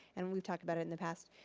and we've talked about it in the past,